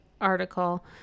article